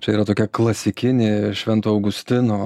čia yra tokia klasikinė švento augustino